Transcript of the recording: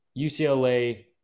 UCLA